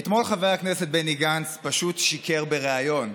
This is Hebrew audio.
אתמול חבר הכנסת בני גנץ פשוט שיקר בריאיון,